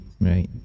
right